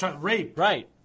rape—right